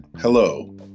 hello